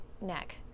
neck